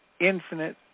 infinite